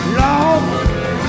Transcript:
long